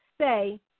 say